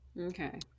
Okay